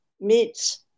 meets